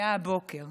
היה הבוקר.